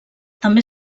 també